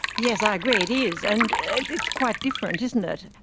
yes, i agree, it is, and it's quite different, isn't it.